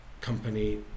company